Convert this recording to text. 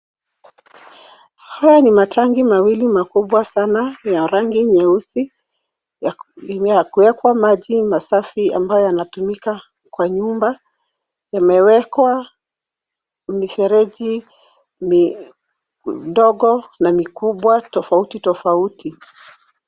Haya ni matanki mawili makubwa sana ya rangi nyeusi ya kuwekwa maji masafi ambayo yanatumika kwa nyumba. Yamewekwa mifereji midogo na mikubwa tofauti tofauti.